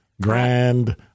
grand